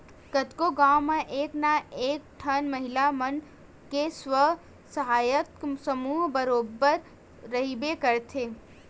कतको गाँव म एक ना एक ठन महिला मन के स्व सहायता समूह बरोबर रहिबे करथे